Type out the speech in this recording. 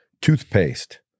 toothpaste